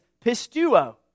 pistuo